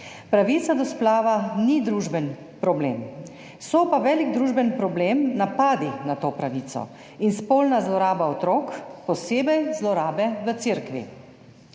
Pravica do splava ni družbeni problem, so pa velik družbeni problem napadi na to pravico in spolna zloraba otrok, posebej zlorabe v cerkvi.